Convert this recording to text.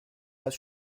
pas